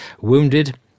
Wounded